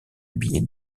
billets